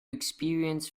experience